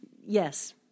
yes